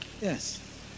yes